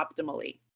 optimally